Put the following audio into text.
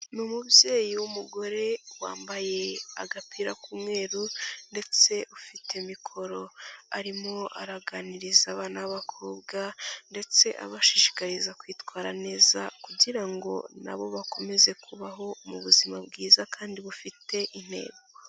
Ni umubyeyi w'umugore wambaye agapira k'umweru ndetse ufite mikoro, arimo araganiriza abana b'abakobwa ndetse abashishikariza kwitwara neza kugira ngo na bo bakomeze kubaho mu buzima bwiza kandi bufite intego.